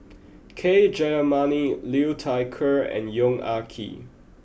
K Jayamani Liu Thai Ker and Yong Ah Kee